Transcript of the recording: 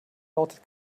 lautet